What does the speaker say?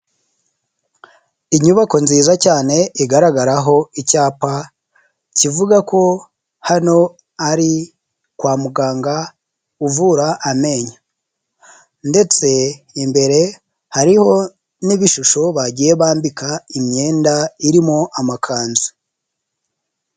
Inyubako nziza cyane igaragaraho icyapa, kivuga ko hano ari kwa muganga uvura amenyo. Ndetse imbere hariho n'ibishusho bagiye bambika imyenda irimo amakanzu.